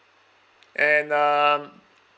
and um